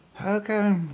okay